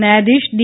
ન્યાયાધીશ ડી